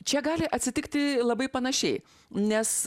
čia gali atsitikti labai panašiai nes